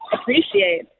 appreciate